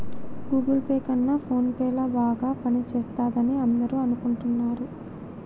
Google Pay కన్నా PhonePe ల బాగా పనిచేస్తుందని అందరూ అనుకుంటున్నారు